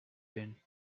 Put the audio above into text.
been